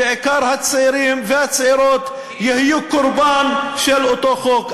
בעיקר הצעירים והצעירות יהיו קורבן של אותו חוק.